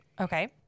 Okay